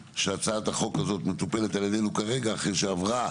אבל צריך לעבד את זה כך שזה ייתן מענה,